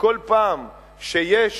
שכל פעם שיש